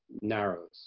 narrows